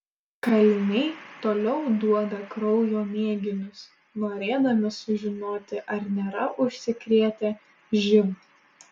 kaliniai toliau duoda kraujo mėginius norėdami sužinoti ar nėra užsikrėtę živ